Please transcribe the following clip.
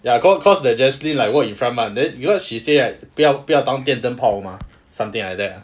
ya cause cause the jesley like walk in front mah you know she said like 不要当电灯泡 mah something like that lah